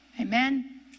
Amen